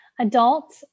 adult